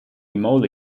moly